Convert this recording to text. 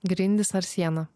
grindys ar siena